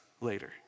later